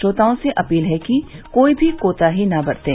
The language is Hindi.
श्रोताओं से अपील है कि कोई भी कोताही न बरतें